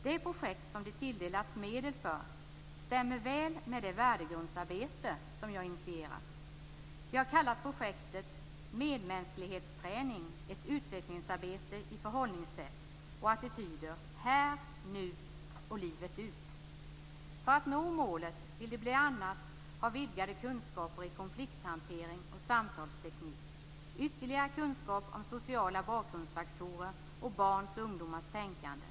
Det projekt som man tilldelats medel för stämmer väl med det värdegrundsarbete som jag har initierat. Man har kallat projektet Medmänsklighetsträning, ett utvecklingsarbete i förhållningssätt och attityder här, nu och livet ut. För att nå målet vill man bl.a. ha vidgade kunskaper i konflikthantering och samtalsteknik. Man vill ha ytterligare kunskaper om sociala bakgrundsfaktorer och barns och ungdomars tänkande.